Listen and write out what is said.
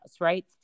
right